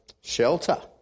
shelter